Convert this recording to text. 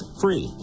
free